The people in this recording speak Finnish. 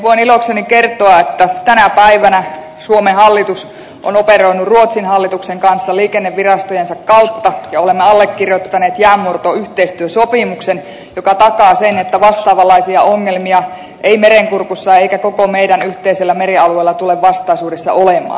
voin ilokseni kertoa että tänä päivänä suomen hallitus on operoinut ruotsin hallituksen kanssa liikennevirastojensa kautta ja olemme allekirjoittaneet jäänmurtoyhteistyösopimuksen joka takaa sen että vastaavanlaisia ongelmia ei merenkurkussa eikä koko meidän yhteisellä merialueellamme tule vastaisuudessa olemaan